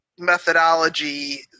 methodology